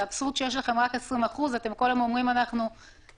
זה אבסורד שיש לכם רק 20%. אתם כל יום אומרים: "אנחנו נדע,